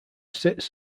sits